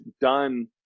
done